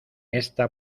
esta